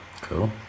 cool